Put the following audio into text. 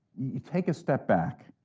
you take a step back,